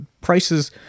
prices